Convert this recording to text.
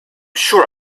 sure